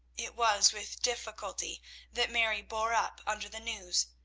it was with difficulty that mary bore up under the news,